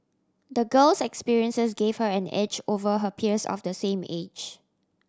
the girl's experiences gave her an edge over her peers of the same age